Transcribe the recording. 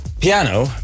Piano